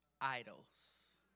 idols